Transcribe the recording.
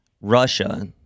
Russia